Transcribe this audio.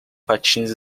patins